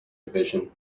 division